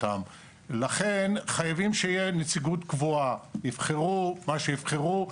לכן חייבים שתהיה נציגות קבועה, יבחרו מה שיבחרו.